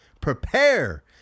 Prepare